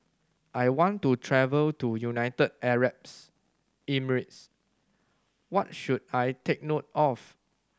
I want to travel to United Arab Emirates What should I take note of